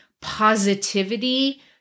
positivity